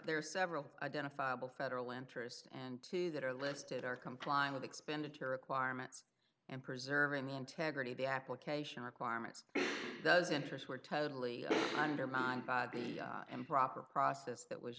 there are several identifiable federal interest and that are listed are complying with expenditure requirements and preserving the integrity of the application requirements those interests were totally undermined by the improper process that